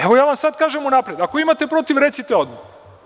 Evo, ja vam sada kažem unapred, ako imate protiv recite odmah.